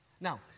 Now